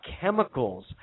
chemicals